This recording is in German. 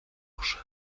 bursche